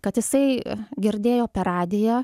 kad jisai girdėjo per radiją